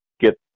get